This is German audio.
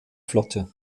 flotte